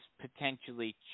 potentially